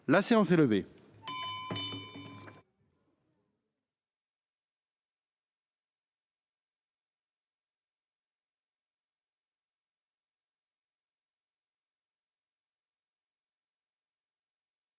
La séance est levée.